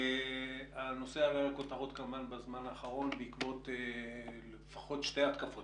הנושא עלה לכותרות בזמן האחרון בעקבות שתי התקפות לפחות,